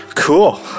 Cool